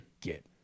get